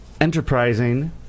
enterprising